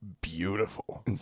beautiful